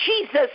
Jesus